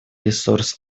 ресурс